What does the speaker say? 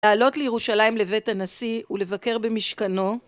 לעלות לירושלים לבית הנשיא ולבקר במשכנו